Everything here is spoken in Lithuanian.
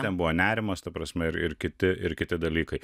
nebuvo nerimas ta prasme ir kiti ir kiti dalykai